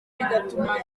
bigatuma